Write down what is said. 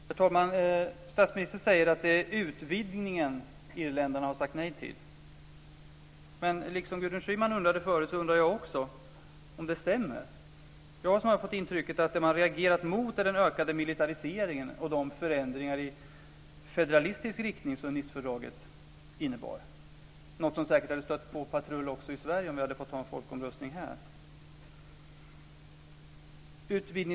Herr talman! Statsministern säger att det är utvidgningen irländarna har sagt nej till. Men liksom Gudrun Schyman undrade förut, undrar jag också om det stämmer. Jag har snarare fått det intrycket att det man reagerat mot är den ökade militariseringen och de förändringar i federalistisk riktning som Nicefördraget innebär. Det är något som säkert hade stött på patrull också i Sverige om vi hade fått ha en folkomröstning här.